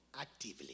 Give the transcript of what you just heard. actively